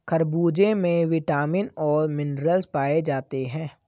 खरबूजे में विटामिन और मिनरल्स पाए जाते हैं